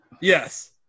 Yes